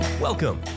Welcome